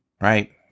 right